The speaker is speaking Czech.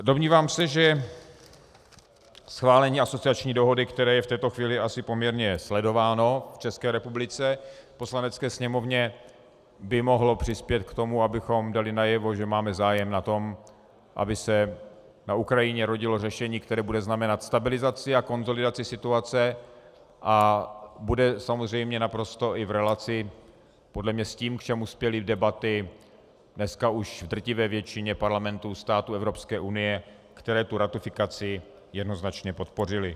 Domnívám se, že schválení asociační dohody, které je v této chvíli asi poměrně sledováno v České republice, v Poslanecké sněmovně by mohlo přispět k tomu, abychom dali najevo, že máme zájem na tom, aby se na Ukrajině rodilo řešení, které bude znamenat stabilizaci a konsolidaci situace a bude samozřejmě naprosto i v relaci podle mě s tím, k čemu spěly debaty dneska už v drtivé většina parlamentů států Evropské unie, které tu ratifikaci jednoznačně podpořily.